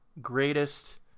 greatest